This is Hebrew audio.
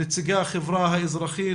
נציגי החברה האזרחית,